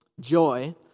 joy